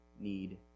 need